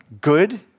good